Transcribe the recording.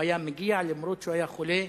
גם כשהוא היה חולה,